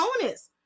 bonus